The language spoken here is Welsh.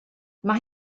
mae